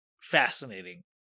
fascinating